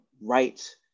right